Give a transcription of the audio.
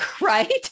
right